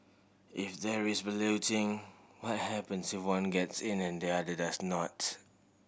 if there is balloting what happens if one gets in and the other does not